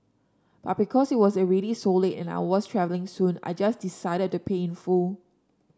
but because it was already so late and I was travelling soon I just decided to pay in full